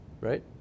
right